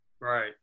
Right